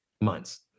months